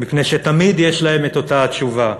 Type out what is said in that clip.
מפני שתמיד יש להם את אותה התשובה.